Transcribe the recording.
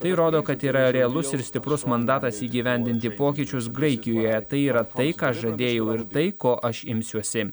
tai rodo kad yra realus ir stiprus mandatas įgyvendinti pokyčius graikijoje tai yra tai ką žadėjau ir tai ko aš imsiuosi